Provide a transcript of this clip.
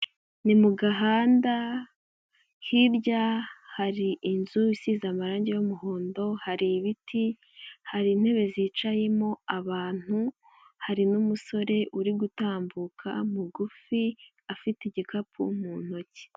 Ni mu gahanda hirya hari inzu isize amarangi y'umuhondo, hari ibiti, hari intebe zicayemo abantu, hari n'umusore uri gutambuka mugufi afite igikapu mu ntoki.